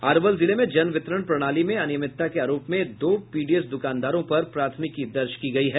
अरवल जिले में जन वितरण प्रणाली में अनियमितता के आरोप में दो पीडीएस द्रकानदारों पर प्राथमिकी दर्ज की गयी है